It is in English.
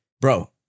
bro